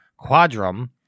Quadrum